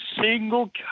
single